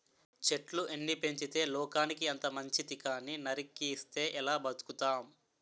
చెట్లు ఎన్ని పెంచితే లోకానికి అంత మంచితి కానీ నరికిస్తే ఎలా బతుకుతాం?